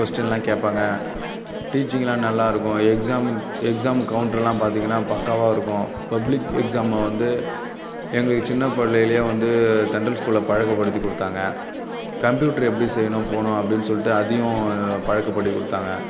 கொஸ்டின்லாம் கேட்பாங்க டீச்சிங்லாம் நல்லாயிருக்கும் எக்ஸாம் எக்ஸாம் கவுன்ட்ருலாம் பார்த்தீங்கன்னா பக்காவாக இருக்கும் பப்ளிக் எக்ஸாமை வந்து எங்களுக்கு சின்ன பிள்ளைலே வந்து தென்றல் ஸ்கூலில் பழக்கப்படுத்தி கொடுத்தாங்க கம்ப்யூட்டர் எப்படி செய்யணும் போகணும் அப்படின்னு சொல்லிட்டு அதையும் பழக்கப்படுத்தி கொடுத்தாங்க